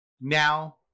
now